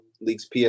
leaks